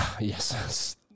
Yes